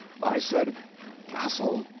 i said castle?